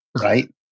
right